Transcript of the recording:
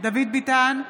דוד ביטן,